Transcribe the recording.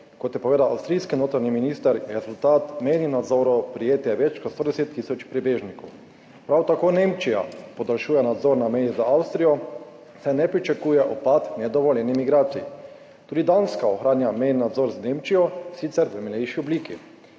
Kot je povedal avstrijski notranji minister, je rezultat mejnih nadzorov prejetje več kot 110 tisoč prebežnikov. Prav tako Nemčija podaljšuje nadzor na meji z Avstrijo, saj ne pričakuje upada nedovoljenih migracij. Tudi Danska ohranja mejni nadzor z Nemčijo, in sicer v milejši obliki.